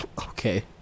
Okay